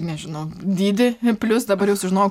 nežinau dydį plius dabar jau sužinojau